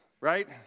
right